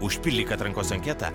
užpildyk atrankos anketą